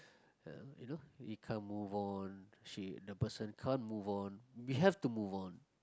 uh you know you can't move on she the person can't move on we have to move on